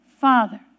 Father